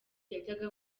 yajyaga